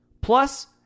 Plus